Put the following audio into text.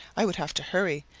i would have to hurry,